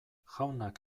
jaunak